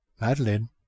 Madeline